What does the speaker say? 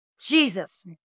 Jesus